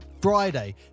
Friday